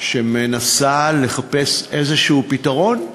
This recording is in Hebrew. שמנסה לחפש פתרון כלשהו,